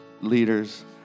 leaders